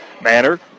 Manner